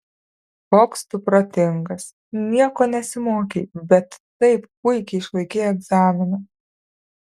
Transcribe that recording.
koks tu protingas nieko nesimokei bet taip puikiai išlaikei egzaminą